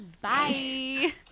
Bye